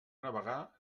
navegar